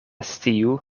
sciu